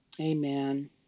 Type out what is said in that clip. Amen